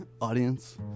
audience